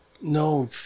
No